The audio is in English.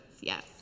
Yes